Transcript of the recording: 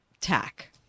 tack